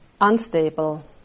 unstable